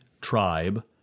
tribe